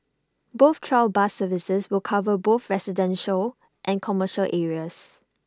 both trial bus services will cover both residential and commercial areas